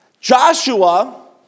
Joshua